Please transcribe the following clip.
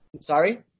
Sorry